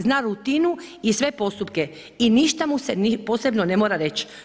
Zna rutinu i sve postupke i ništa mu se posebno ne mora reći.